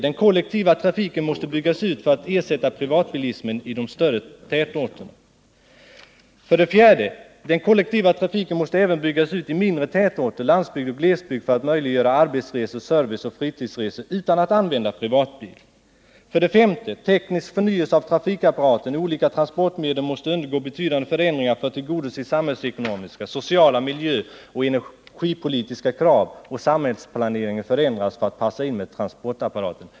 Den kollektiva trafiken måste byggas ut för att ersätta privatbilismen i de större tätorterna. Den kollektiva trafiken måste även byggas ut i mindre tätorter, landsbygd oh glesbygd för att möjliggöra arbetsresor, serviceoch fritidsresor utan att använda privatbil. Teknisk förnyelse av trafikapparaten måste ske. Olika transportmedel måste undergå betydande förändringar för att tillgodose samhällsekonomiska, sociala, miljöoch energipolitiska krav. Samhällsplaneringen bör förändras för att passa in i transportapparaten.